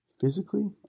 Physically